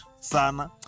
sana